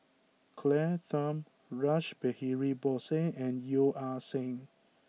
Claire Tham Rash Behari Bose and Yeo Ah Seng